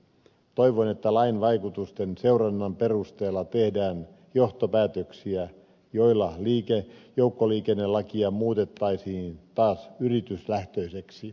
toivon että lain vaikutusten seurannan perusteella tehdään johtopäätöksiä joilla joukkoliikennelakia muutettaisiin taas yrityslähtöiseksi